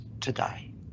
today